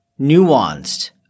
nuanced